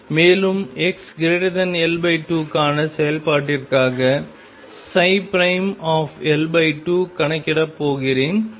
மேலும்xL2 க்கான செயல்பாட்டிற்காக L2 கணக்கிடப்படப் போகிறேன்